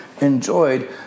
enjoyed